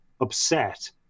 upset